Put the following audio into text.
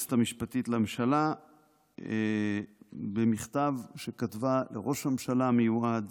היועצת המשפטית לממשלה במכתב שכתבה לראש הממשלה המיועד